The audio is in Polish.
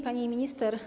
Pani Minister!